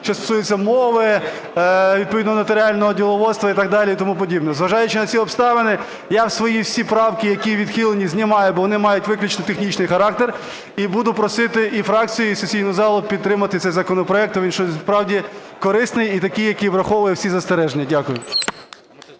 що стосується мови відповідно нотаріального діловодства і так далі, і тому подібне. Зважаючи на ці обставини, я свої всі правки, які відхилені, знімаю, бо вони мають виключно технічний характер. І буду просити і фракцію, і сесійну залу підтримати цей законопроект, тому що він, справді, корисний і такий, який враховує всі застереження. Дякую.